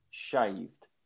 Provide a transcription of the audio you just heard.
shaved